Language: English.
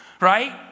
right